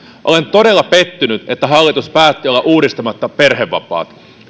olen todella pettynyt että hallitus päätti olla uudistamatta perhevapaat